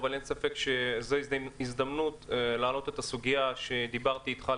אני רוצה להעלות סוגיה שדיברנו בה בעבר